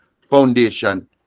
foundation